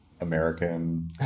American